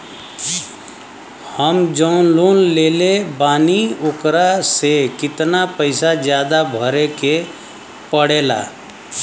हम जवन लोन लेले बानी वोकरा से कितना पैसा ज्यादा भरे के पड़ेला?